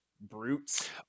brutes